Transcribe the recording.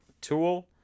tool